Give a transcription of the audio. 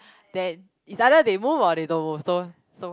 then it's either they move or they don't move so so